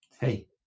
hey